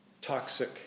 toxic